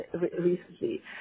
recently